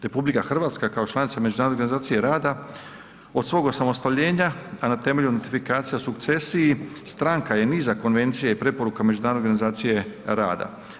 RH kao članica Međunarodne organizacije rada od svog osamostaljenja a na temelju notifikacija o sukcesiji stranka je niza Konvencije i preporuka Međunarodne organizacije rada.